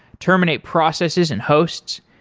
terminate processes and hosts.